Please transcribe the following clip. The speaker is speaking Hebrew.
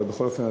אבל בכל אופן,